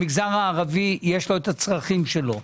המגזר הערבי יש לו הצרכים שלו.